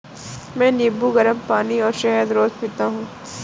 मैं नींबू, गरम पानी और शहद रोज पीती हूँ